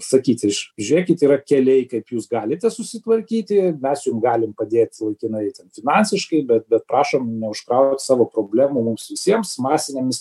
sakyti iš žiūrėkit yra keliai kaip jūs galite susitvarkyti mes jum galim padėt laikinai ten finansiškai bet bet prašom neužkraut savo problemų mums visiems masinėmis